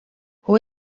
who